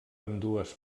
ambdues